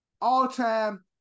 All-time